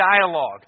dialogue